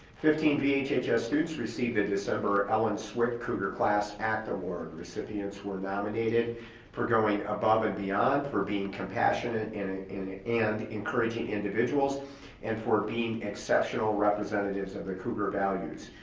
fifteen vhhs students received a december ellen swick cruger class act award recipients were nominated for going above and beyond for being compassionate ah and and encouraging individuals and for being exceptional representatives of cruger values.